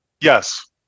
Yes